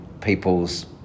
people's